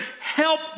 help